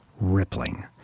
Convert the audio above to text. rippling